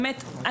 באמת,